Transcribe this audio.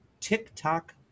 TikTok